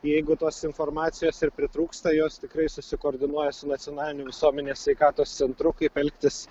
jeigu tos informacijos ir pritrūksta jos tikrai susikoordinuoja su nacionaliniu visuomenės sveikatos centru kaip elgtis